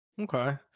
Okay